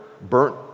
burnt